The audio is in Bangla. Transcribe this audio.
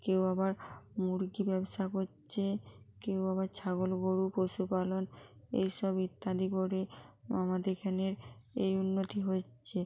কেউ আবার মুরগি ব্যবসা করছে কেউ আবার ছাগল গরু পশুপালন এই সব ইত্যাদি করে আমাদের এখানের এই উন্নতি হচ্ছে